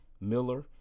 Miller